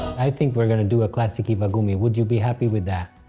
i think we're gonna do a classic iwagumi. would you be happy with that?